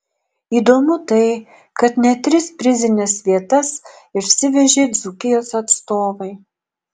įdomu tai kad net tris prizines vietas išsivežė dzūkijos atstovai